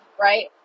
right